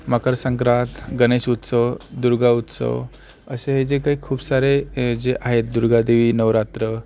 मकरसंक्रांत गणेश उत्सव दुर्गा उत्सव असे हे जे काही खूप सारे जे आहेत दुर्गादेवी नवरात्र